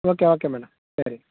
okay okay madam சரி